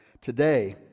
today